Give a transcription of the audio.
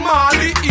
Molly